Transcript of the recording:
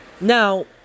Now